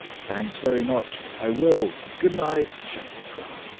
thanks very much, i will good night, shouted grant,